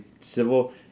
civil